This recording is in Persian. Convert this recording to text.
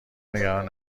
نگران